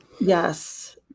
Yes